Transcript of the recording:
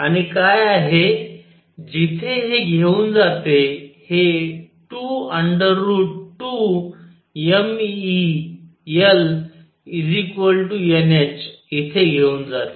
आणि काय आहे जिथे हे घेऊन जाते हे 22mE Lnh इथे घेऊन जाते